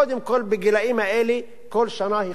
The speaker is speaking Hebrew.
קודם כול בגילים האלה כל שנה חשובה.